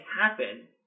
happen